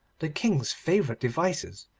the king's favourite devices,